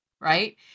right